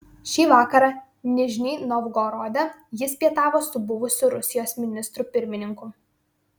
šį vakarą nižnij novgorode jis pietavo su buvusiu rusijos ministru pirmininku